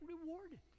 rewarded